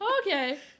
Okay